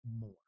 more